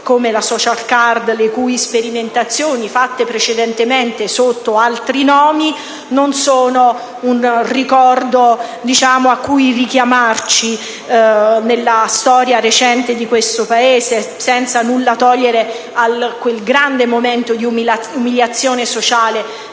come la *social card*, le cui sperimentazioni (fatte precedentemente sotto altri nomi) non sono un ricordo a cui richiamarci nella storia recente di questo Paese, senza nulla togliere a quel grande momento di umiliazione sociale